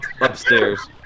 upstairs